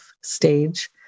stage